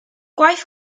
gwaith